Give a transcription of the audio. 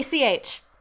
ACH